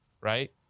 right